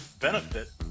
benefit